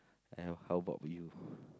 and how about you